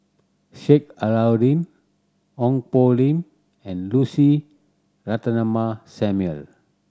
Sheik Alau'ddin Ong Poh Lim and Lucy Ratnammah Samuel